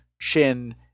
chin